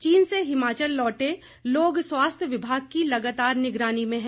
चीन से हिमाचल लौटे लोग स्वास्थ्य विभाग की लगातार निगरानी में है